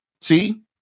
see